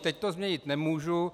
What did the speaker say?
Teď to změnit nemůžu.